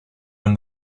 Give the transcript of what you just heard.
when